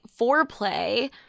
foreplay